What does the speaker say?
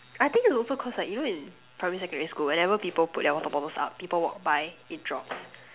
I think it's also cause like you know in primary secondary school whenever people put their water bottles up people walk by it drops